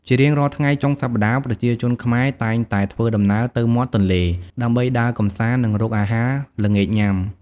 ជារៀងរាល់ចុងសប្ដាហ៍ ប្រជាជនខ្មែរតែងតែធ្វើដំណើរទៅមាត់ទន្លេ ដើម្បីដើរកំសាន្ត និងរកអាហារល្ងាចញុំា។